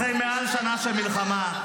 החל מעל שנה של מלחמה,